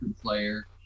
player